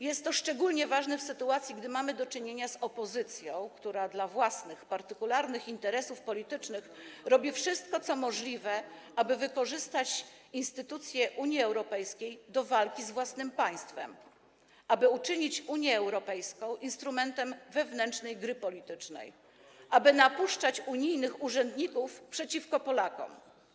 Jest to szczególnie ważne, w sytuacji gdy mamy do czynienia z opozycją, która dla własnych, partykularnych interesów politycznych robi wszystko, co możliwe, aby wykorzystać instytucje Unii Europejskiej do walki z własnym państwem, aby uczynić Unię Europejską instrumentem wewnętrznej gry politycznej, aby napuszczać unijnych urzędników przeciwko Polakom.